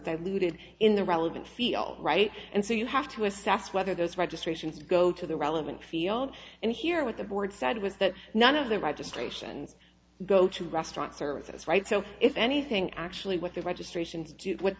they looted in the relevant feel right and so you have to assess whether those registrations go to the relevant field and here with the board said was that none of the registration go to restaurants or is right so if anything actually what the registration